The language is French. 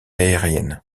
aérienne